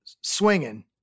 swinging